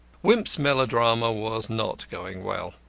wimp's melodrama was not going well.